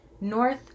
north